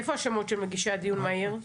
איפה השמות של מגישי הדיון המהיר?